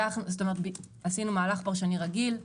עשינו מהלך פרשני רגיל,